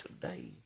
today